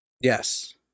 Yes